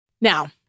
Now